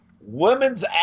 Women's